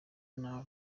ntawe